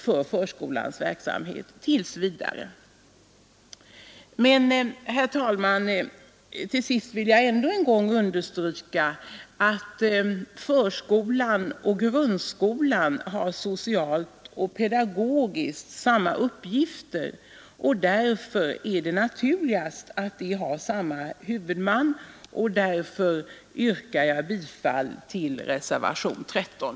Men, herr talman, till sist vill jag ännu en gång understryka att förskolan och grundskolan socialt och pedagogiskt har samma uppgifter och att det därför är naturligast att de har samma huvudman. Därför yrkar jag bifall till reservationen 13.